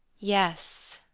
yes,